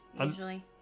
usually